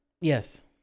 Yes